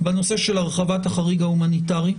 בנושא של הרחבת החריג ההומניטרי.